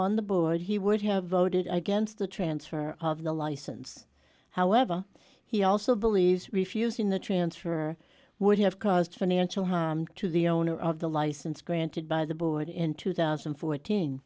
on the board he would have voted against the transfer of the license however he also believes refusing the transfer would have caused financial harm to the owner of the license granted by the board in two thousand and fourteen